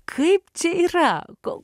kaip čia yra gal